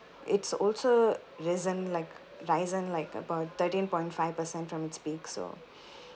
it's also risen like risen like about thirteen point five percent from its peak so